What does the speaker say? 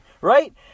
right